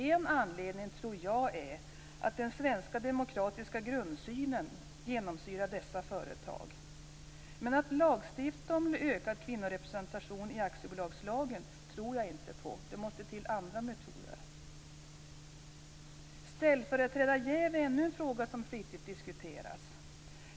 En anledning tror jag är att den svenska demokratiska grundsynen genomsyrar dessa företag. Men att lagstifta om ökad kvinnorepresentation i aktiebolagslagen tror jag inte på. Det måste till andra metoder. Ställföreträdarjäv är ännu en fråga som flitigt diskuteras.